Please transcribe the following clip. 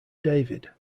david